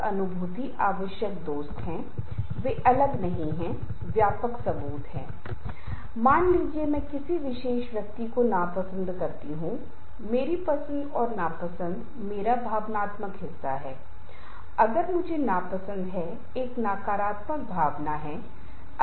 इसलिए अंतरव्यक्तिगत संघर्ष से अंतर्राष्ट्रीय स्तर पर संघर्ष बहुत ज्यादा है हम वहां से बच नहीं सकते यह वहां है हमें जीवित रहना होगा हमें विभिन्न प्रकार के संघर्षों के साथ रहना होगा